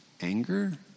anger